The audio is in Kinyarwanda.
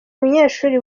munyeshuri